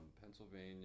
Pennsylvania